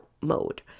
mode